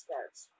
Starts